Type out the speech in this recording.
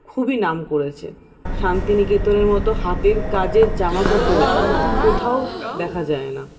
খুবই নাম করেছে শান্তিনিকেতনের মতো হাতের কাজের জামাকাপড় কোথাও দেখা যায় না